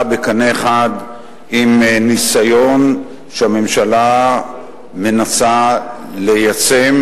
בקנה אחד עם ניסיון שהממשלה מנסה ליישם,